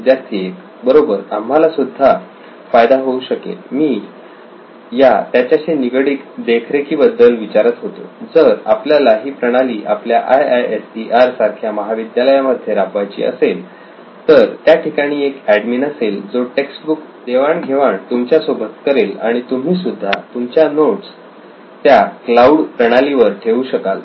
विद्यार्थी 1 बरोबर आम्हाला सुद्धा फायदा होऊ शकेल मी या त्याच्याशी निगडीत देखरेखी बद्दल विचारत होतो जर आपल्याला ही प्रणाली आपल्या IISER सारख्या महाविद्यालया मध्ये राबवायची असेल तर त्या ठिकाणी एक एडमीन असेल जो टेक्स्ट बुक्स देवाण घेवाण तुमच्यासोबत करेल आणि तुम्हीसुद्धा तुमच्या नोट्स त्या क्लाऊड प्रणालीवर ठेवू शकाल